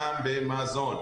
גם במזון.